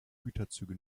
güterzüge